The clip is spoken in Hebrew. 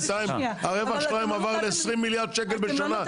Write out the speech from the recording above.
בינתיים הרווח שלהם עבר ל-20 מיליארד שקלים בשנה,